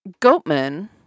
Goatman